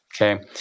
Okay